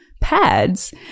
pads